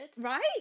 Right